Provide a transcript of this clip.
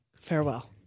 Farewell